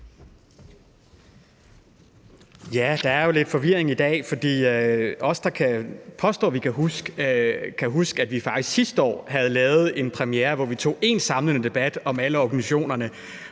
Ja, der er jo lidt forvirring i dag, fordi os, der påstår, at vi kan huske, at vi faktisk sidste år lavede en premiere, hvor vi tog en samlende debat om alle organisationerne,